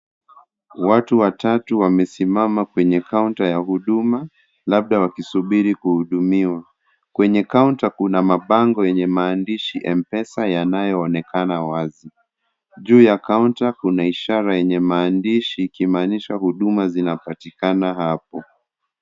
Watu watatu wamesimama kwenye counter ya huduma labda wakisubiri kuhudumiwa, kwenye counter kuna mabango yenye maandishi yanayoonekana wazi, juu ya counter kuna ishara yenye maandishi ikimaanisha huduma zinapatikana hapo.